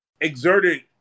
exerted